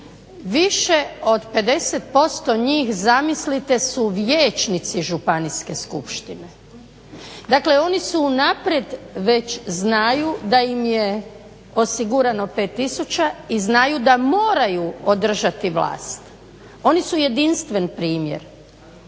više od 50% njih zamislite su vijećnici Županijske skupštine. Dakle, oni su unaprijed već znaju da im je osigurano 5000 i znaju da moraju održati vlast. Oni su jedinstven primjer.